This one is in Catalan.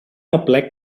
aplec